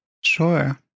Sure